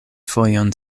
fojon